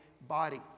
body